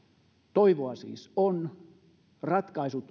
toivoa siis on ratkaisut